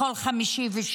(אומרת דברים בערבית) בכל חמישי ושישי,